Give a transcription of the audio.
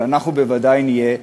אבל אנחנו ודאי נהיה,